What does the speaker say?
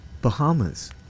Bahamas